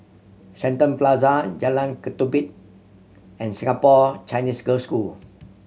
Shenton Plaza Jalan Ketumbit and Singapore Chinese Girls' School